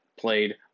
played